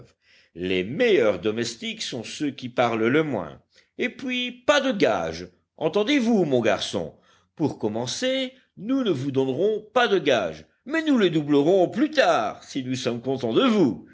les meilleurs domestiques sont ceux qui parlent le moins et puis pas de gages entendez-vous mon garçon pour commencer nous ne vous donnerons pas de gages mais nous les doublerons plus tard si nous sommes contents de vous